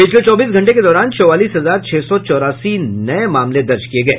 पिछले चौबीस घंटे के दौरान चौवालीस हजार छह सौ चौरासी नये मामले दर्ज किए गए